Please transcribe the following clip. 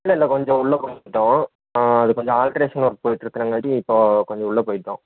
இல்லை இல்லை கொஞ்சம் உள்ளே போய்ட்டோம் அது கொஞ்சம் ஆல்ட்ரேஷன் ஒர்க் போய்ட்டு இருக்கனங்காட்டி இப்போ கொஞ்சம் உள்ளே போய்ட்டோம்